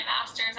masters